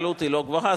העלות היא לא גבוהה,